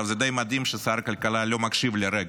עכשיו, זה די מדהים ששר הכלכלה לא מקשיב לרגע,